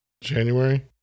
January